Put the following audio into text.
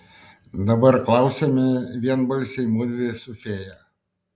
dabar klausiame vienbalsiai mudvi su fėja